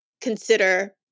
consider